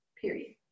period